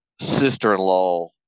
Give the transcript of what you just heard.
sister-in-law